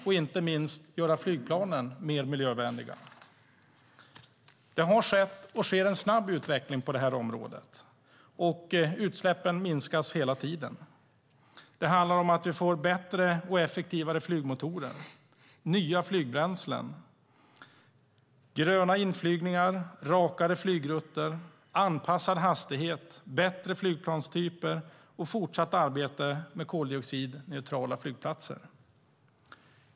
Inte minst måste vi göra flygplanen mer miljövänliga. Det har skett och sker en snabb utveckling på detta område. Utsläppen minskas hela tiden. Det handlar om bättre och effektivare flygmotorer, nya flygbränslen, gröna inflygningar, rakare flygrutter, anpassad hastighet, bättre flygplanstyper och fortsatt arbete med koldioxidneutrala flygplatser.